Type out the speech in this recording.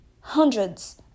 hundreds